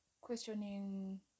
questioning